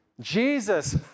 Jesus